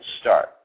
start